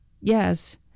Yes